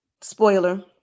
spoiler